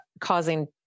causing